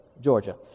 Georgia